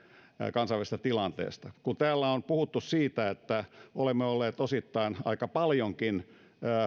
kansainvälisestä tilanteesta kun täällä on puhuttu siitä että olemme olleet osittain aika paljonkin